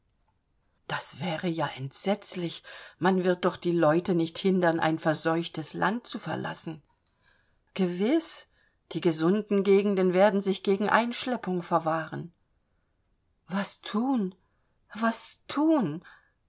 das wäre ja entsetzlich man wird doch die leute nicht hindern ein verseuchtes land zu verlassen gewiß die gesunden gegenden werden sich gegen einschleppung verwahren was thun was thun